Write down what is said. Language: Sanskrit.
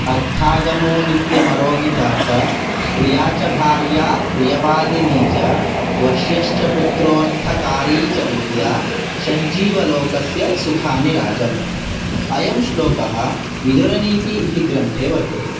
अर्थागमो नित्यमरोगिता च प्रिया च भार्या प्रियवादिनी च वश्यश्च पुत्रोर्थकारी च विद्या षट् जीवलोकस्य सुखानिराजन् अयं श्लोकः विदुरनीति इति ग्रन्थे वर्तते